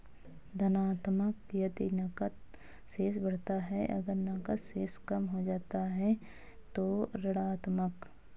धनात्मक यदि नकद शेष बढ़ता है, अगर नकद शेष कम हो जाता है तो ऋणात्मक